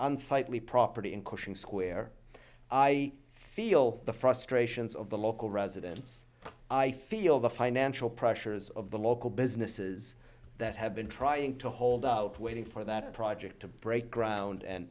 unsightly property in cushing square i feel the frustrations of the local residents i feel the financial pressures of the local businesses that have been trying to hold out waiting for that project to break ground and